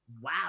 wow